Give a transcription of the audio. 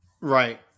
right